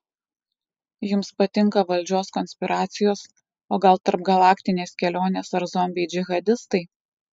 jums patinka valdžios konspiracijos o gal tarpgalaktinės kelionės ar zombiai džihadistai